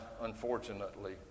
unfortunately